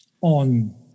on